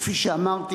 וכפי שאמרתי,